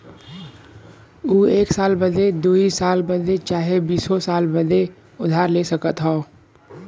ऊ एक साल बदे, दुइ साल बदे चाहे बीसो साल बदे उधार ले सकत हौ